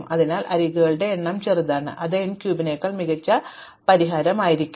അതിനാൽ അരികുകളുടെ എണ്ണം ചെറുതാണ് അത് n ക്യൂബിനേക്കാൾ മികച്ച പരിഹാരമാകും